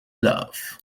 love